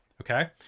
okay